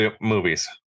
movies